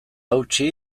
hautsi